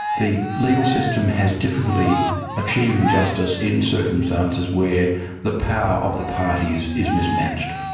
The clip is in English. the legal system has difficulty achieving justice in circumstances where the power of the parties is mismatched.